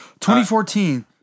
2014